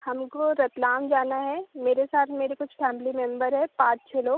हमको रतलाम जाना है मेरे साथ मेरे कुछ फ़ैमिली मेम्बर है पाँच छः लोग